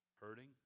hurting